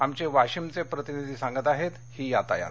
आमचे वाशिमचे प्रतिनिधी सांगत आहेत ही यातायात